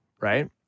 right